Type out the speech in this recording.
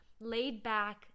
laid-back